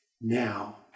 now